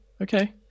okay